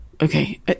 okay